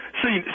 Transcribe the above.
see